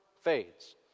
fades